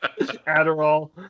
Adderall